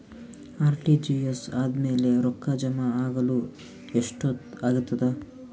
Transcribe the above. RTGS ಆದ್ಮೇಲೆ ರೊಕ್ಕ ಜಮಾ ಆಗಲು ಎಷ್ಟೊತ್ ಆಗತದ?